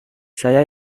saya